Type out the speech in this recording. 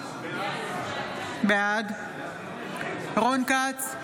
בעד רון כץ,